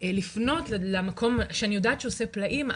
לפנות למקום שאני יודעת שעושה פלאים,